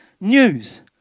news